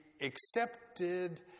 accepted